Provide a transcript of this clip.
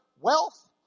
wealth